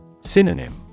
Synonym